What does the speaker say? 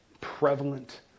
prevalent